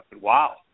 Wow